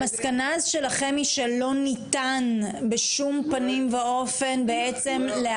המסקנה אז שלכם היא שלא ניתן בשום פנים ואופן בעצם,